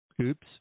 Oops